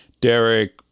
Derek